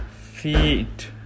feet